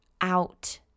out